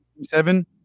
seven